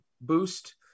boost